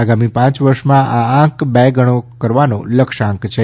આગામી પાંચ વર્ષમાં આ આંક બે ગણો કરવાનો લક્ષ્યાંક છે